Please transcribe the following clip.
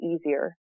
easier